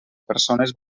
persones